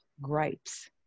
gripes